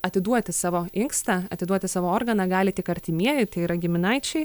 atiduoti savo inkstą atiduoti savo organą gali tik artimieji tai yra giminaičiai